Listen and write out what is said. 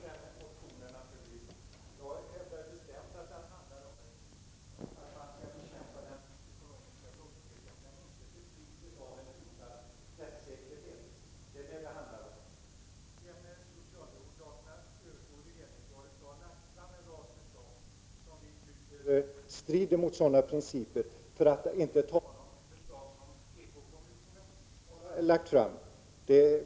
Fru talman! Det beror naturligtvis på hur man läser motionen. Jag hävdar bestämt att den handlar om att vi skall bekämpa den ekonomiska brottsligheten, men inte till priset av en hotad rättssäkerhet. Sedan socialdemokraterna övertog regeringsansvaret har det lagts fram en rad förslag som vi tycker strider mot rättssäkerhetsprinciper, för att inte tala om de förslag som ekobrottskommissionen har presenterat.